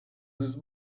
this